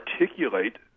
articulate